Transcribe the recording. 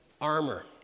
armor